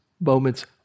moments